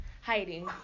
hiding